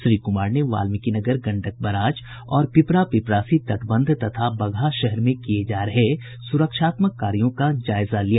श्री कुमार ने वाल्मीकिनगर गंडक बराज और पिपरा पिपरासी तटबंध तथा बगहा शहर में किये जा रहे सुरक्षात्मक कार्यों का जायजा लिया